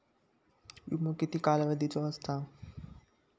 विमो किती कालावधीचो असता?